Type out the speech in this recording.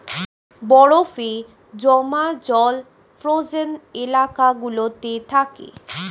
বরফে জমা জল ফ্রোজেন এলাকা গুলোতে থাকে